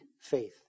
faith